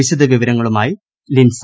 വിശദവിവരങ്ങളുമായി ലിൻസ